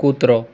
કૂતરો